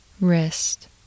Wrist